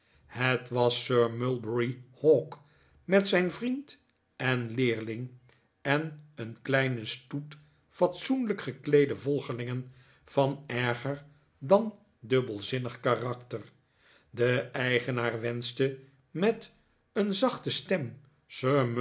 het was sir mulberry hawk met zijn vriend en leerling en een kleinen stoet fatsoenlijk gekleede volgelingen van erger dan dubbelzinnig karakter de eigenaar wenschte met een zachte stem